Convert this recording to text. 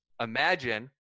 Imagine